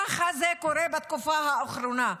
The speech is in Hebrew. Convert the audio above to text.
ככה זה קורה בתקופה האחרונה.